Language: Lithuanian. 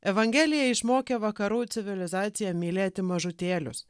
evangelija išmokė vakarų civilizaciją mylėti mažutėlius